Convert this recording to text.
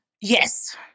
Yes